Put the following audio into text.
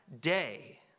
day